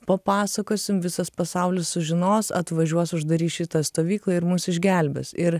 papasakosim visas pasaulis sužinos atvažiuos uždarys šitą stovyklą ir mus išgelbės ir